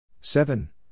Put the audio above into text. Seven